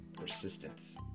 persistence